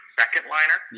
second-liner